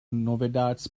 novedades